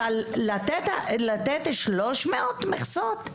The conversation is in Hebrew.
אבל לתת 300 מכסות?